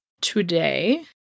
today